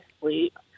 sleep